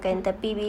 mmhmm